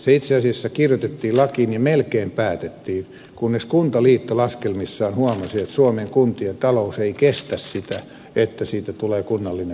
se itse asiassa kirjoitettiin lakiin ja melkein päätettiin kunnes kuntaliitto laskelmissaan huomasi että suomen kuntien talous ei kestä sitä että siitä tulee kunnallinen velvoite